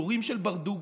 הפיטורים של ברדוגו,